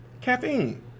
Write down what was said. Caffeine